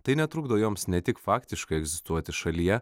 tai netrukdo joms ne tik faktiškai egzistuoti šalyje